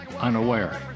unaware